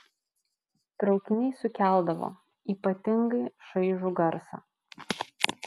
traukiniai sukeldavo ypatingai šaižų garsą